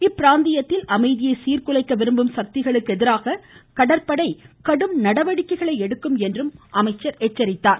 இப்பிராந்தியத்தில் அமைதியை சீர்குலைக்க விரும்பும் சக்திகளுக்கு எதிராக கடற்படை கடும் நடவடிக்கைகளை எடுக்கும் என்று எச்சரித்தார்